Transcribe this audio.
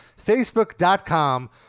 facebook.com